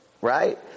right